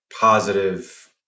positive